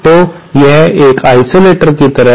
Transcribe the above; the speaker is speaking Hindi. तो यह एक आइसोलेटर की तरह है